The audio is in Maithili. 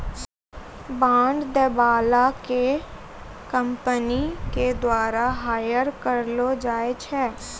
बांड दै बाला के कंपनी के द्वारा हायर करलो जाय छै